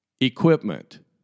equipment